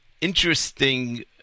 interesting